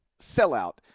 sellout